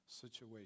situation